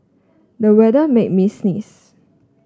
the weather made me sneeze